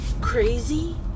crazy